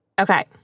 Okay